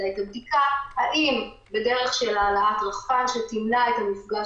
את הבדיקה: האם בדרך של העלאת רחפן שתמנע את המפגש